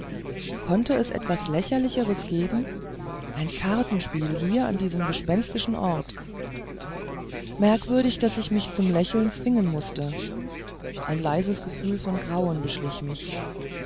konnte es etwas lächerlicheres geben ein kartenspiel hier an diesem gespenstischen ort merkwürdig daß ich mich zum lächeln zwingen mußte ein leises gefühl von grauen beschlich mich